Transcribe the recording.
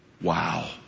wow